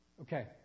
Okay